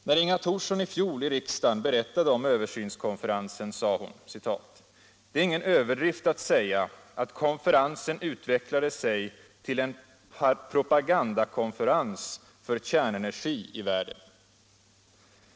När Inga Thorsson i fjol i riksdagen berättade om översynskonferensen sade hon: ”Det är ingen överdrift att säga, att konferensen utvecklade sig till en propagandakonferens för kärnenergi i världen.